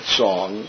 song